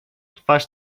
twarz